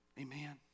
Amen